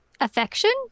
Affection